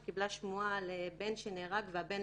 בוסנה, בבקשה.